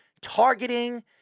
targeting